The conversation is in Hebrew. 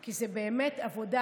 כי זו באמת עבודה